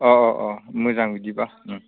अ अ अ मोजां बिदिब्ला